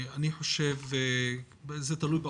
זה תלוי במחוזות,